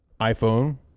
iPhone